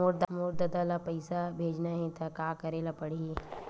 मोर ददा ल पईसा भेजना हे त का करे ल पड़हि?